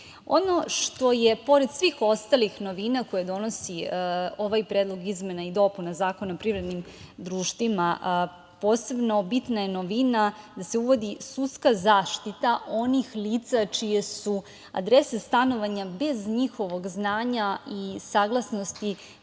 što je pored svih ostalih novina koje donosi ovaj Predlog izmene i dopune Zakona o privrednim društvima, a posebno bitna je novina da se uvodi sudska zaštita onih lica čije su adrese stanovanja bez njihovog znanja i saglasnosti